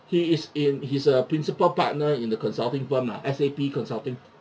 he is in he's a principal partner in a consulting firm lah S_A_P consulting